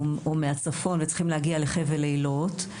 וצריכים להגיע לחבל איילות,